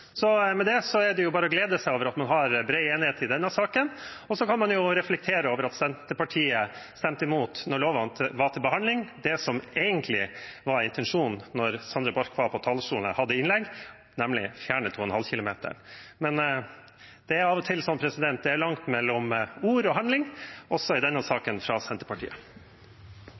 så kan man jo reflektere over at Senterpartiet stemte imot da loven var til behandling, det som egentlig var intensjonen da Sandra Borch var på talerstolen her og hadde innlegg, nemlig å fjerne 2,5 km. Men det er av og til sånn at det er langt mellom ord og handling fra Senterpartiet – også i denne saken. Flere har ikke bedt om ordet til sak nr. 13. Etter ønske fra